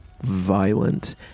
violent